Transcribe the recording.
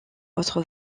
autres